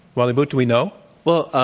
wally boot, do we know? well,